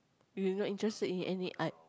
you not interested in any art